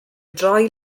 droi